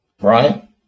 Right